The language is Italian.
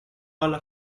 alla